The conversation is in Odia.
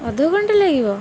ଅଧଘଣ୍ଟେ ଲାଗିବ